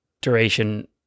duration